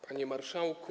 Panie Marszałku!